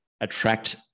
attract